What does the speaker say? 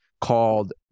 called